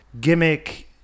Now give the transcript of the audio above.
gimmick